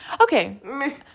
Okay